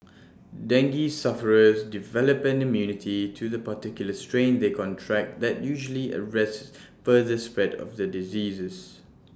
dengue sufferers develop an immunity to the particular strain they contract that usually arrests further spread of the diseases